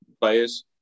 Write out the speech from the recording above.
players